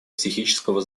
психического